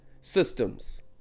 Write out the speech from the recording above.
systems